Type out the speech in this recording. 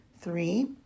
Three